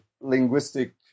Linguistic